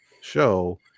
show